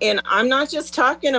in i'm not just talking